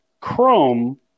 Chrome